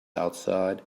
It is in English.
outside